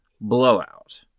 blowout